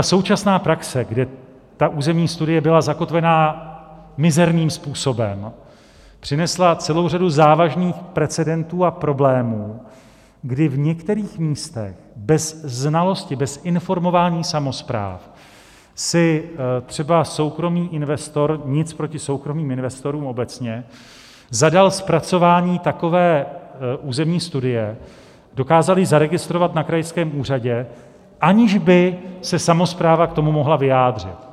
Současná praxe, kdy územní studie byla zakotvená mizerným způsobem, přinesla celou řadu závažných precedentů a problémů, kdy v některých místech bez znalosti, bez informování samospráv si třeba soukromý investor nic proti soukromým investorům obecně zadal zpracování takové územní studie, dokázal ji zaregistrovat na krajském úřadě, aniž by se samospráva k tomu mohla vyjádřit.